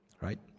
right